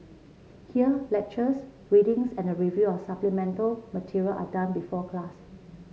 here lectures readings and the review of supplemental material are done before class